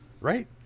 Right